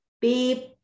beep